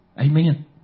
Amen